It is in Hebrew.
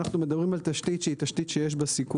אנחנו מדברים על תשתית שיש בה סיכון.